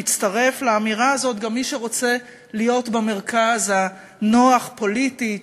מצטרף לאמירה הזאת גם מי שרוצה להיות במרכז הנוח פוליטית,